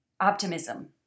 optimism